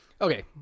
Okay